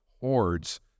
hordes